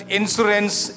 insurance